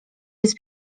jest